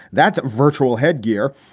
that's virtual headgear.